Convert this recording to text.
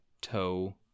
toe